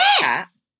Yes